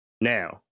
Now